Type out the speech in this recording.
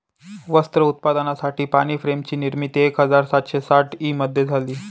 वस्त्र उत्पादनासाठी पाणी फ्रेम ची निर्मिती एक हजार सातशे साठ ई मध्ये झाली